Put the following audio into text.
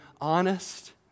honest